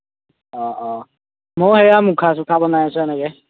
অঁ অঁ মই এইয়া মুখা ছুখা বনাই আছো এনেকৈ